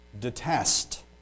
detest